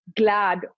glad